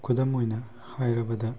ꯈꯨꯗꯝ ꯑꯣꯏꯅ ꯍꯥꯏꯔꯕꯗ